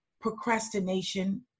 procrastination